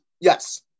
Yes